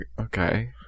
okay